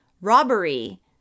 robbery